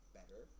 better